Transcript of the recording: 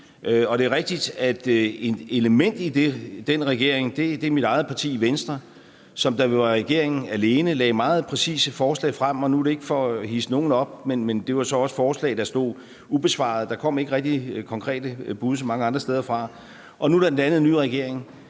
og det er rigtigt, at et element i den regering er mit eget parti, Venstre, som da vi var i regering alene lagde meget præcise forslag frem, og nu er det ikke for at hidse nogen op, men det var så også forslag, der stod ubesvaret, der kom ikke rigtig konkrete bud så mange andre steder fra. Nu er der dannet en ny regering,